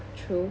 true